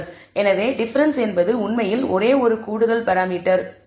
எனவே டிஃபரன்ஸ் என்பது உண்மையில் ஒரே ஒரு கூடுதல் பராமீட்டர் மட்டுமே